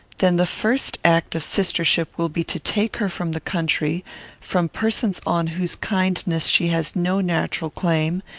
then the first act of sistership will be to take her from the country from persons on whose kindness she has no natural claim,